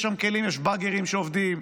יש שם כלים, יש באגרים שעובדים,